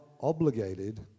obligated